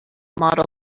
model